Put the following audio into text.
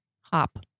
hop